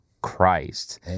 christ